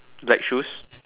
black shoes